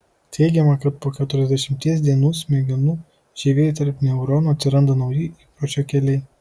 teigiama kad po keturiasdešimties dienų smegenų žievėj tarp neuronų atsiranda nauji įpročio keliai